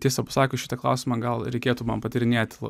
tiesą pasakius šitą klausimą gal reikėtų man patyrinėti